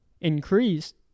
Increased